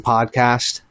Podcast